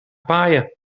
paaien